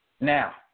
Now